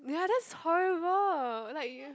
ya that's horrible like you